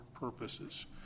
purposes